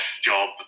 job